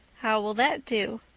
how will that do?